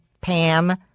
Pam